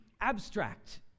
abstract